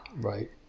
Right